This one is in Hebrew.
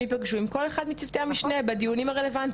אנחנו נציע שהם יפגשו עם כל אחד מצוותי המשנה בדיונים הרלוונטיים,